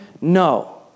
No